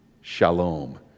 shalom